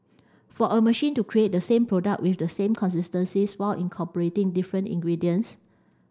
for a machine to create the same product with the same consistencies while incorporating different ingredients